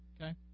okay